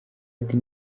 ati